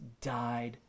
died